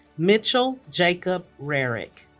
mitchel jacob rearick